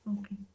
Okay